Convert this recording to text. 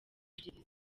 ebyiri